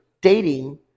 dating